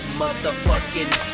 motherfucking